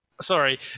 Sorry